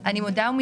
אבל זה למעלה,